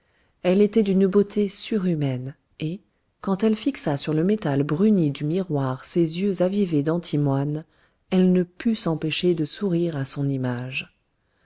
elle était d'une beauté surhumaine et quand elle fixa sur le métal bruni du miroir ses yeux avivés d'antimoine elle ne put s'empêcher de sourire à son image